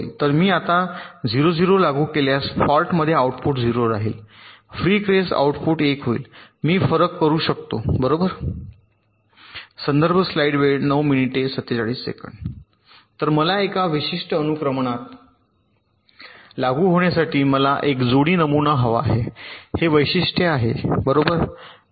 तर आता मी 0 0 लागू केल्यास फॉल्ट मध्ये आउटपुट 0 राहील फ्री केस आउटपुट 1 होईल मी फरक करू शकतो बरोबर तर मला एका विशिष्ट अनुक्रमात लागू होण्यासाठी मला एक जोडी नमुना हवा आहे हे वैशिष्ट्य आहे बरोबर